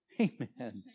Amen